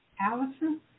Allison